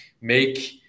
make